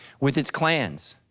with its clans.